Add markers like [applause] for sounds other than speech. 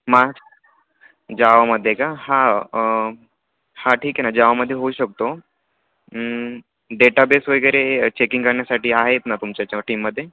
[unintelligible] जावामध्ये का हा हां ठीक आहे ना जावामध्ये होऊ शकतो डेटाबेस वगैरे चेकिंग करण्यासाठी आहेत ना तुमच्या त्या टीममध्ये